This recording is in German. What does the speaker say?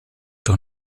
doch